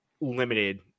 limited